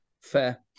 Fair